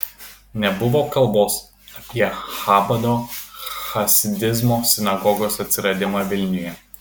nebuvo kalbos apie chabado chasidizmo sinagogos atsiradimą vilniuje